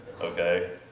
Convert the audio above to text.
Okay